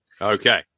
Okay